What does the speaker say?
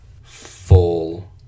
full